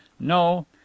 No